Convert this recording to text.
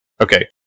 Okay